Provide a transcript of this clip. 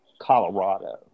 colorado